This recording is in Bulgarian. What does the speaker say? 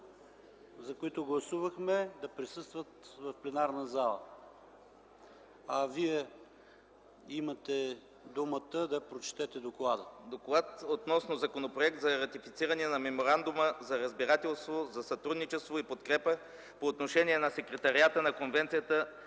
за които гласувахме да присъстват в пленарната зала. А Вие имате думата, за да прочетете доклада. ДОКЛАДЧИК НИКОЛАЙ ПЕТКОВ: „ДОКЛАД относно Законопроект за ратифициране на Меморандума за разбирателство за сътрудничество и подкрепа по отношение на Секретариата на Конвенцията